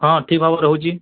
ହଁ ଠିକ୍ ଭାବରେ ରହୁଛି